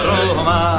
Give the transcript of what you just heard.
Roma